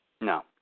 No